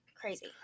crazy